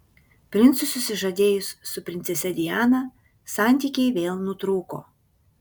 princui susižadėjus su princese diana santykiai vėl nutrūko